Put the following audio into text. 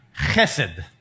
chesed